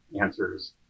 answers